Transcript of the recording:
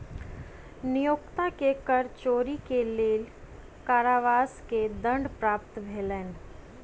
नियोक्ता के कर चोरी के लेल कारावास के दंड प्राप्त भेलैन